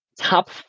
top